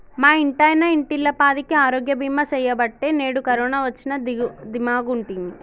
మా ఇంటాయన ఇంటిల్లపాదికి ఆరోగ్య బీమా సెయ్యబట్టే నేడు కరోన వచ్చినా దీమాగుంటిమి